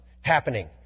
happening